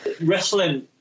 wrestling